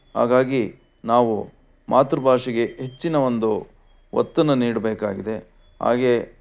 ಹಾಗಾಗಿ ನಾವು ಮಾತೃ ಭಾಷೆಗೆ ಹೆಚ್ಚಿನ ಒಂದು ಒತ್ತನ್ನು ನೀಡಬೇಕಾಗಿದೆ ಹಾಗೇ